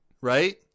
Right